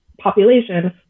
population